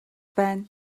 байна